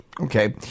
okay